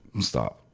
Stop